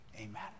Amen